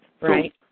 Right